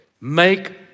Make